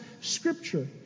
scripture